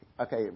Okay